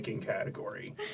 category